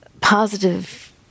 positive